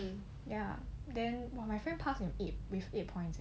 um ya then my friend passed of with eight points